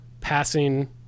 passing